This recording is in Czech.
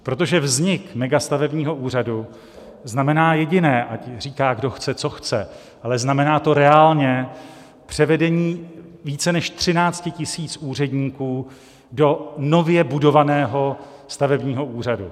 Protože vznik megastavebního úřadu znamená jediné ať říká kdo chce, co chce ale znamená to reálné převedení více než 13 000 úředníků do nově budovaného stavebního úřadu.